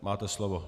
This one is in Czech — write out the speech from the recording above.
Máte slovo.